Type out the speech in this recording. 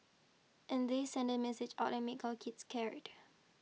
and they send message out and make our kids scared